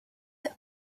have